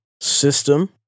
system